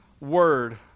word